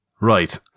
Right